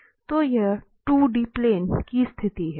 तो यह 2D plane की स्थिति है